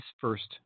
first